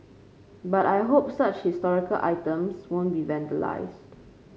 but I hope such historical items won't be vandalised